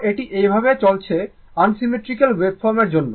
তো এটি এইভাবে চলছে আনসিমেট্রিক্যাল ওয়েভফর্মের জন্য